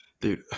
Dude